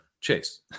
Chase